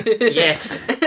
Yes